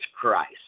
Christ